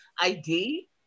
ID